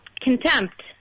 contempt